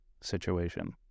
situation